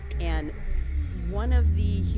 and one of the,